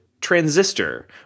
Transistor